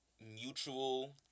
mutual